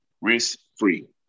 risk-free